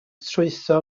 trwytho